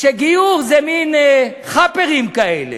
שגיור זה מין "חאפרים" כאלה,